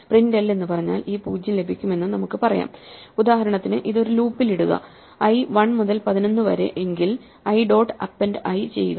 print l എന്ന് പറഞ്ഞാൽ ഈ 0 ലഭിക്കുമെന്നും നമുക്ക് പറയാം ഉദാഹരണത്തിന് ഇത് ഒരു ലൂപ്പിൽ ഇടുക i 1 മുതൽ 11 വരെ എങ്കിൽ l ഡോട്ട് അപ്പെൻഡ് i ചെയ്യുക